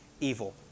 evil